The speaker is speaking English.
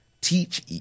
teach